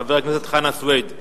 חבר הכנסת חנא סוייד,